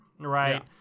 Right